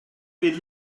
been